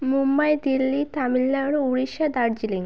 Mumbai Delhi Tamil Nadu Orissa Darjeeling